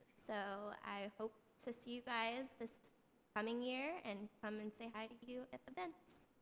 so i hope to see you guys this coming year and come and say hi to you at the events.